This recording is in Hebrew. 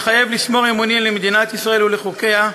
מתחייב לשמור אמונים למדינת ישראל ולחוקיה,